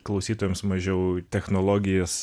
klausytojams mažiau technologijas